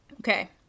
Okay